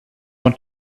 want